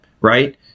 Right